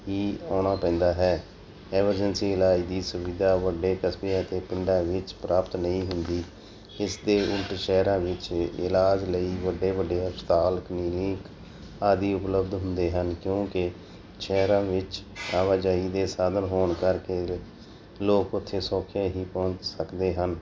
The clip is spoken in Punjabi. ਹੀ ਆਉਣਾ ਪੈਂਦਾ ਹੈ ਐਮਰਜੰਸੀ ਇਲਾਜ ਦੀ ਸੁਵਿਧਾ ਵੱਡੇ ਕਸਬਿਆਂ ਅਤੇ ਪਿੰਡਾਂ ਵਿੱਚ ਪ੍ਰਾਪਤ ਨਹੀਂ ਹੁੰਦੀ ਇਸ ਦੇ ਉਲਟ ਸ਼ਹਿਰਾਂ ਵਿੱਚ ਇਲਾਜ ਲਈ ਵੱਡੇ ਵੱਡੇ ਹਸਪਤਾਲ ਕਲੀਨਿਕ ਆਦਿ ਉਪਲਬਧ ਹੁੰਦੇ ਹਨ ਕਿਉਂਕਿ ਸ਼ਹਿਰਾਂ ਵਿੱਚ ਆਵਾਜਾਈ ਦੇ ਸਾਧਨ ਹੋਣ ਕਰਕੇ ਲੋਕ ਉੱਥੇ ਸੌਖੇ ਹੀ ਪਹੁੰਚ ਸਕਦੇ ਹਨ